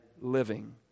living